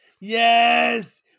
yes